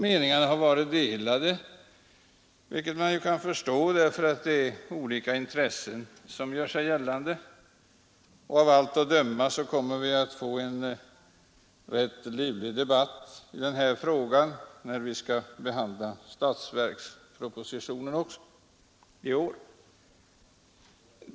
Meningarna har då varit delade, vilket man kan förstå eftersom ju olika intressen här gör sig gällande. Av allt att döma kommer vi också i år att få en ganska livlig debatt i denna fråga, när vi skall behandla statsverkspropositionen.